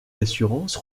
d’assurance